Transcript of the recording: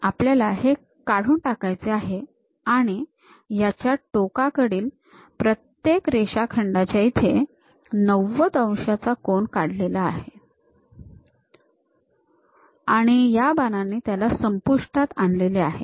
आणि हे आपल्याला काढून टाकायचे आहे आणि याच्या टोकाकडील प्रत्येक रेषाखंडाच्या इथे ९० अंशाचा कोन काढलेला आहे आणि या बाणांनी त्याला संपुष्टात आणले आहे